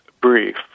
brief